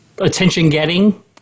attention-getting